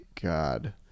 God